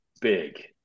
big